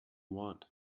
want